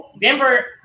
Denver